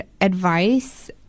advice